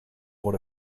what